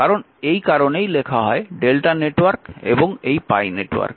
তাই এই কারণেই লেখা হয় Δ নেটওয়ার্ক এবং এই পাই নেটওয়ার্ক